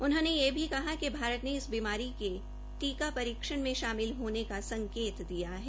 उन्होंने यह भी कहा कि भारत ने इस बीमारी के टीका परीक्षण में शामिल होने का संकेत दिया है